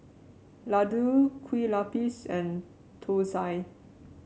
laddu Kue Lupis and thosai